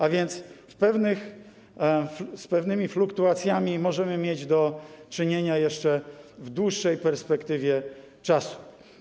A więc z pewnymi fluktuacjami możemy mieć do czynienia jeszcze w dłuższej perspektywie czasu.